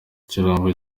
ikirango